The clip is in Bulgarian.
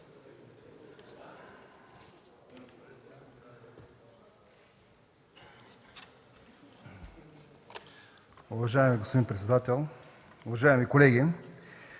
Уважаеми господин председател, уважаеми народни